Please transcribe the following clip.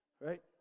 right